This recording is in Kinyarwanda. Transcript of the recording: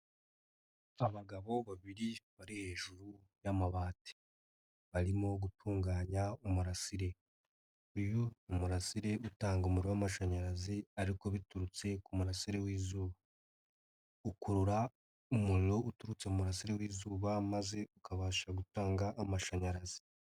Abagabo babiri bari hejuru y'amabati, barimo gutunganya umurasire, uyu ni umurasire utanga umubariro w'amashanyarazi ariko biturutse ku murasire w'izuba, ukurura umuriro uturutse mu murasire w'izuba maze ukabasha gutanga amashanyarazi.